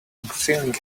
feeling